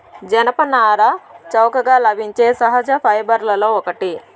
జనపనార చౌకగా లభించే సహజ ఫైబర్లలో ఒకటి